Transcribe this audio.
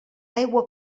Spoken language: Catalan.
aigua